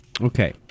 Okay